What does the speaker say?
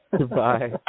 Goodbye